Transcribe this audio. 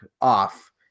off